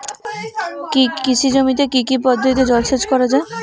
কৃষি জমিতে কি কি পদ্ধতিতে জলসেচ করা য়ায়?